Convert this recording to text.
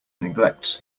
neglects